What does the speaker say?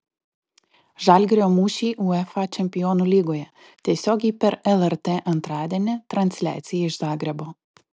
žalgirio mūšiai uefa čempionų lygoje tiesiogiai per lrt antradienį transliacija iš zagrebo